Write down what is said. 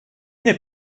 n’est